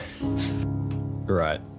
right